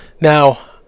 Now